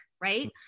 right